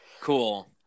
cool